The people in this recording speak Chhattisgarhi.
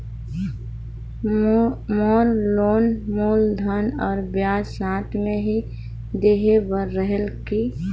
मोर लोन मूलधन और ब्याज साथ मे ही देहे बार रेहेल की?